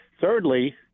Thirdly